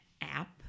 app